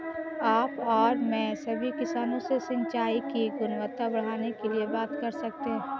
आप और मैं सभी किसानों से सिंचाई की गुणवत्ता बढ़ाने के लिए बात कर सकते हैं